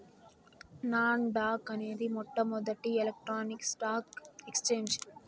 non dock అనేది మొట్టమొదటి electronic stock exchange